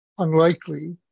unlikely